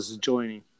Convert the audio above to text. joining